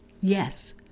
Yes